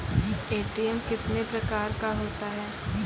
ATM कितने प्रकार का होता हैं?